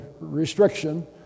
restriction